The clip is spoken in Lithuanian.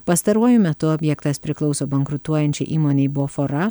pastaruoju metu objektas priklauso bankrutuojančiai įmonei bofora